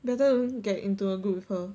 better don't get into a group with her